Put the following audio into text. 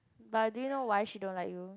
but do you know why she don't like you